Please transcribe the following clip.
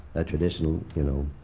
a traditional, you know,